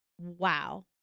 wow